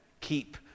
keep